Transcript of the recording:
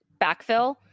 backfill